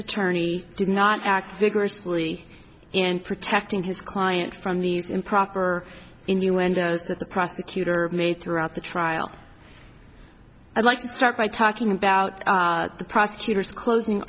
attorney did not act vigorously in protecting his client from these improper innuendos that the prosecutor made throughout the trial i'd like to start by talking about the prosecutor's closing